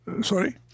Sorry